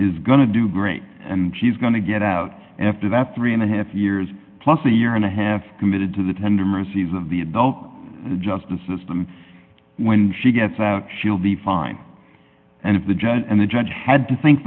to do great and she's going to get out after that three and a half years plus a year and a half committed to the tender mercies of the adult justice system when she gets out she'll be fine and if the judge and the judge had to think